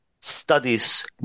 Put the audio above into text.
studies